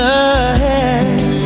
ahead